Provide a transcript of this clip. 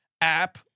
app